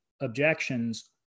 objections